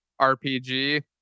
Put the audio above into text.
RPG